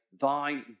thy